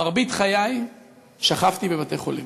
מרבית חיי שכבתי בבתי-חולים: